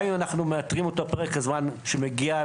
גם אם אנחנו מאתרים את אותו פרק זמן שהוא מגיע,